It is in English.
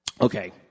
okay